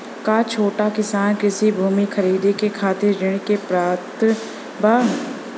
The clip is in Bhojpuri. का छोट किसान कृषि भूमि खरीदे के खातिर ऋण के पात्र बा?